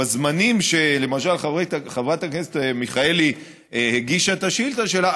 בזמנים שלמשל חברת הכנסת מיכאלי הגישה את השאילתה שלה,